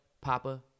Papa